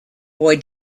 boy